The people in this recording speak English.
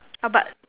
ah but